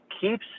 keeps